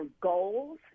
goals